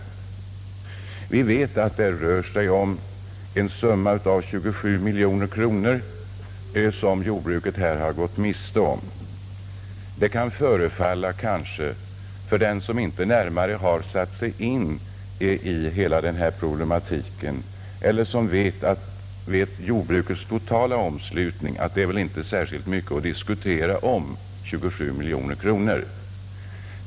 Vi vet att jordbruket här har gått miste om 27 miljoner kronor. För den som inte närmare satt sig in i hela den här problematiken men som känner till jordbrukets totala omslutning kan det förefalla som om 27 miljoner kronor inte är mycket att diskutera.